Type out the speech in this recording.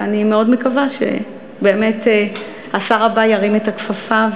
ואני מאוד מקווה שבאמת השר הבא ירים את הכפפה,